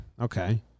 Okay